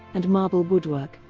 and marble woodwork,